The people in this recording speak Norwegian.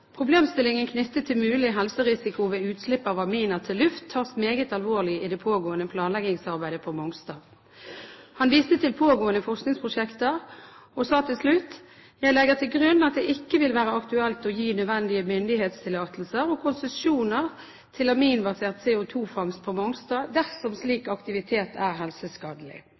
«Problemstillingen knyttet til mulig helserisiko ved utslipp av aminer til luft tas derfor veldig alvorlig i det pågående planleggingsarbeidet på Mongstad.» Han viste til pågående forskningsprosjekter og skrev til slutt: «Jeg legger til grunn at det ikke vil være aktuelt å gi nødvendige myndighetstillatelser og konsesjoner til aminbasert CO2-fangst på Mongstad dersom slik aktivitet er